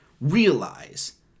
realize